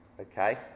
Okay